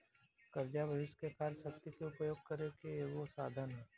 कर्जा भविष्य के कार्य शक्ति के उपयोग करे के एगो साधन ह